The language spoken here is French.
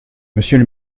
monsieur